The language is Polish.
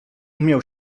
umiał